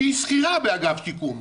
שהיא שכירה באגף שיקום,